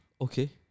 Okay